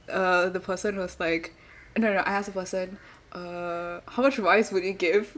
uh the person was like uh no no no I asked the person uh how much rice would you give